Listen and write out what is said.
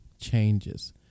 changes